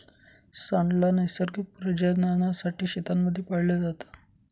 सांड ला नैसर्गिक प्रजननासाठी शेतांमध्ये पाळलं जात